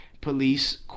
Police